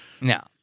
No